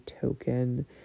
token